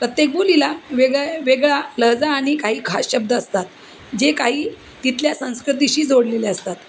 प्रत्येक बोलीला वेगळ्या वेगळा लहजा आणि काही खास शब्द असतात जे काही तिथल्या संस्कृतीशी जोडलेले असतात